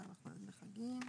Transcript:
דמי חגים,